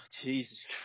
Jesus